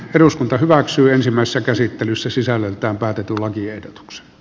eduskunta hyväksyi ensimmäisessä käsittelyssä sisällöltään päätetulla kiedotuksi